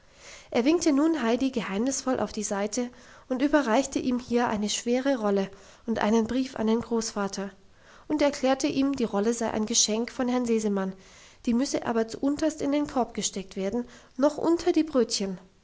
er winkte nun heidi geheimnisvoll auf die seite und überreichte ihm hier eine schwere rolle und einen brief an den großvater und erklärte ihm die rolle sei ein geschenk von herrn sesemann die müsse aber zuunterst in den korb gesteckt werden noch unter die brötchen